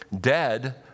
dead